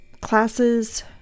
classes